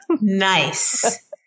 Nice